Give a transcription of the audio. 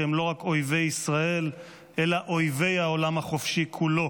שהם לא רק אויבי ישראל אלא אויבי העולם החופשי כולו.